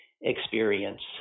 experience